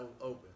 open